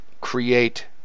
create